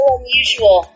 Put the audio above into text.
unusual